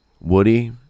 Woody